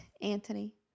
Anthony